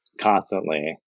constantly